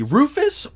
Rufus